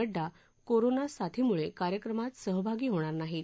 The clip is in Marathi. नड्डा कोरोना साथीमुळे कार्यक्रमात सहभागी होणार नाहीत